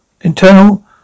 internal